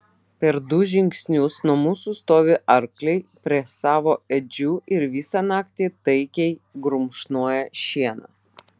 per du žingsnius nuo mūsų stovi arkliai prie savo ėdžių ir visą naktį taikiai grumšnoja šieną